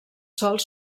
sòls